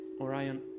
Orion